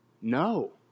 no